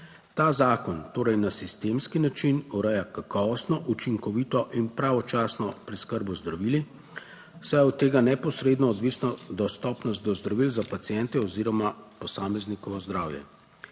Ta zakon torej na sistemski način ureja kakovostno, učinkovito in pravočasno preskrbo z zdravili, saj je od tega neposredno odvisna dostopnost do zdravil za paciente oziroma posameznikovo zdravje.